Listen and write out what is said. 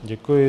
Děkuji.